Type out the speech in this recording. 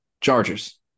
Chargers